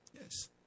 Yes